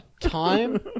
time